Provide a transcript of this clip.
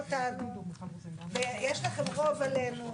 אתמול ישבנו באולם נגב.